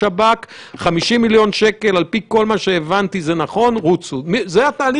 זה יהיה הכלי